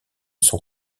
son